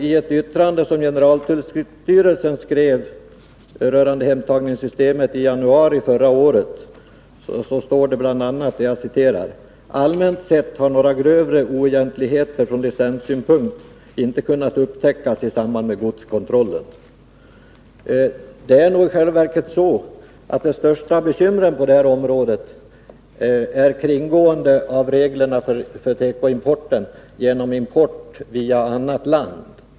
I ett yttrande som generaltullstyrelsen skrev i januari förra året rörande hemtagningssystemet står bl.a.: ”Allmänt sett har några grövre oegentligheter från licenssynpunkt inte kunnat upptäckas i samband med godskontrollen.” Det största bekymret på detta område är i själva verket kringgåendet av reglerna för tekoimport genom import via annat land.